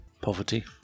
poverty